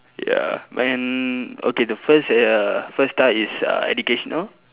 ya and okay the first uh first type is uh educational